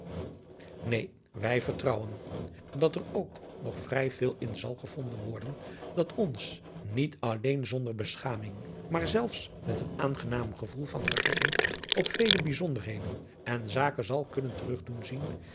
neen wij vertrouwen dat er ook nog vrij veel in zal gevonden worden dat ons niet alleen zonder beschaming maar zelfs met een aangenaam gevoel van verheffing op vele bijzonderheden en zaken zal kunnen terug doen zien